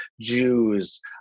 Jews